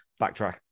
Backtrack